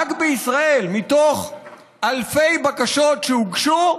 רק בישראל, מאלפי בקשות שהוגשו,